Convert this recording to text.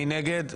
מי נגד?